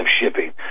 shipping